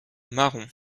marron